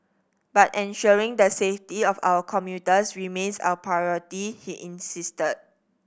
but ensuring the safety of our commuters remains our priority he insisted